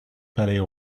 palais